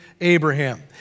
Abraham